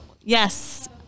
yes